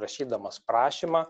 rašydamas prašymą